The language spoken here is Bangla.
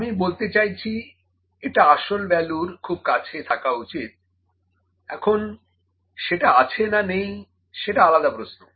আমি বলতে চাইছি এটা আসল ভ্যালুর খুব কাছে থাকা উচিত এখন সেটা আছে না নেই সেটা আলাদা প্রশ্ন